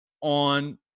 on